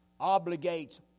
obligates